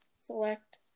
select